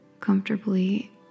comfortably